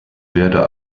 werde